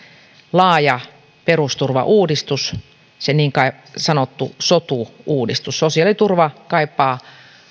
laaja perusturvauudistus se niin sanottu sotu uudistus sosiaaliturva kaipaa